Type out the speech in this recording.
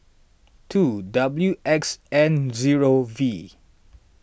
two W X N zero V